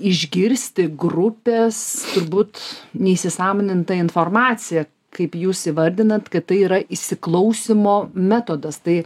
išgirsti grupės turbūt neįsisąmonintą informaciją kaip jūs įvardinat kad tai yra įsiklausymo metodas tai